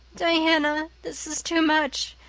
diana, this is too much.